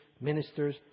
ministers